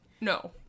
No